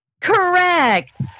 Correct